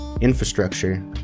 infrastructure